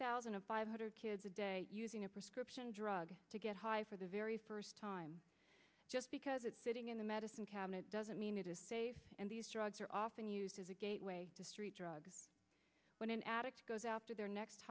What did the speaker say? thousand and five hundred kids a day using a prescription drug to get high for the very first time just because it's sitting in the medicine cabinet doesn't mean it is safe and these drugs are often used as a gateway to street drugs when an addict goes after their next